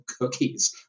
cookies